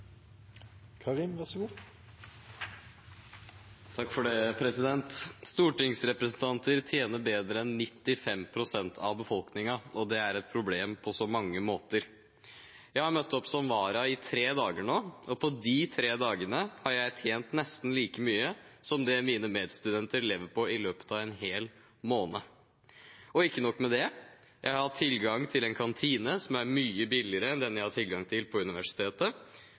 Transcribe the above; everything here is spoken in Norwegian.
Stortingsrepresentanter tjener bedre enn 95 pst. av befolkningen, og det er et problem på så mange måter. Jeg har møtt som vara i tre dager nå, og på de tre dagene har jeg tjent nesten like mye som det mine medstudenter lever på i løpet av en hel måned. Og ikke nok med det: Jeg har hatt tilgang til en kantine som er mye billigere enn den jeg har tilgang til på universitetet,